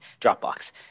Dropbox